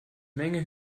menge